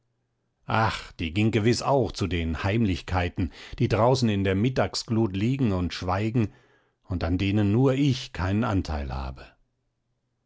ach die ging gewiß auch zu den heimlichkeiten die draußen in der mittagsglut liegen und schweigen und an denen nur ich keinen anteil habe